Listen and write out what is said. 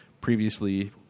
Previously